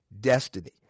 destiny